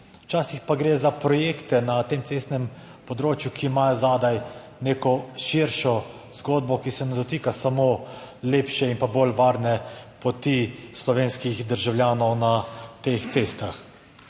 včasih pa gre za projekte na tem cestnem področju, ki imajo zadaj neko širšo zgodbo, ki se ne dotika samo lepše in bolj varne poti slovenskih državljanov na teh cestah.